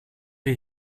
wir